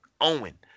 Owen